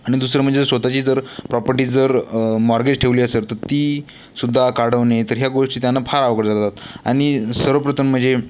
आणि दुसरं म्हणजे स्वतःची जर प्रॉपर्टी जर मॉर्गेज ठेवली असेल तर तीसुद्धा काढवणे तर ह्या गोष्टी त्यांना फार अवघड जातात आणि सर्वप्रथम म्हणजे